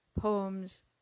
poems